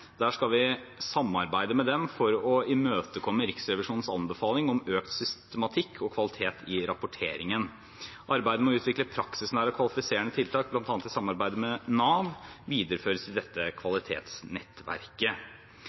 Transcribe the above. Der skal vi samarbeide med dem for å imøtekomme Riksrevisjonens anbefaling om økt systematikk og kvalitet i rapporteringen. Arbeidet med å utvikle praksisnære og kvalifiserende tiltak, bl.a. i samarbeid med Nav, videreføres i dette